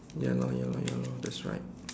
ya lor ya lor ya lor that's right